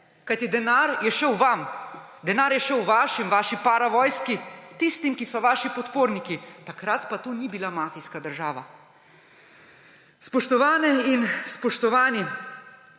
Kajti denar je še vam, denar je šel vašim, vaši paravojski, tistim, ki so vaši podporniki. Takrat pa to ni bila mafijska država. Spoštovane in spoštovani,